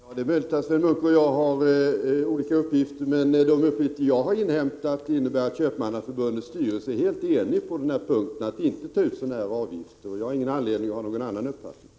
Herr talman! Det är möjligt att Sven Munke och jag har olika uppgifter. Men enligt de uppgifter som jag har inhämtat är Köpmannaförbundets styrelse helt enig om att inte ta ut sådana avgifter, och jag har ingen anledning att ha någon annan uppfattning.